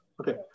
Okay